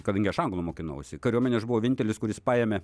kadangi aš anglų mokinausi kariuomenėj aš buvau vienintelis kuris paėmė